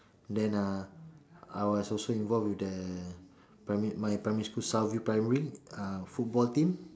then uh I was also involved with the primary my primary school south view primary uh football team